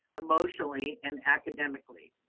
emotionally, and academically.